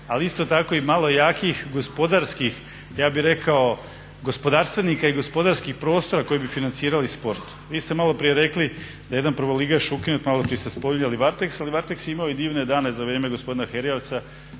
ali isto tako i malo jakih gospodarskih ja bih rekao gospodarstvenika i gospodarskih prostora koji bi financirali sport. Vi ste malo prije rekli da je jedan prvoligaš ukinut, malo prije ste spominjali Varteks, ali Varteks je imao i divne dane za vrijeme gospodina Herjavca